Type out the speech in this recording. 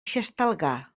xestalgar